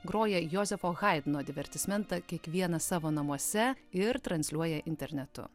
groja jozefo haidno divertismentą kiekvienas savo namuose ir transliuoja internetu